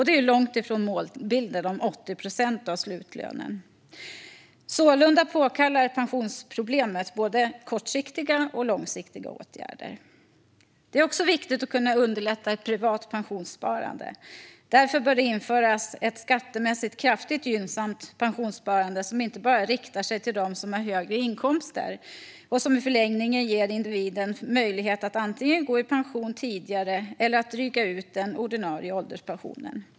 Det är långt från målbilden om 80 procent av slutlönen. Sålunda påkallar pensionsproblemet både kortsiktiga och långsiktiga åtgärder. Det är också viktigt att underlätta privat pensionssparande. Därför bör det införas ett skattemässigt kraftigt gynnsamt pensionssparande som inte bara riktar sig till dem som har högre inkomster och som i förlängningen ger individen möjlighet att antingen gå i pension tidigare eller dryga ut den ordinarie ålderspensionen.